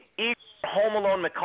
home-alone